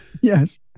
yes